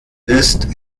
ist